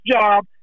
job